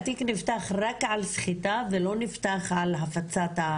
נפתח רק על סחיטה ולא נפתח על ההפצה?